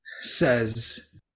says